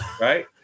Right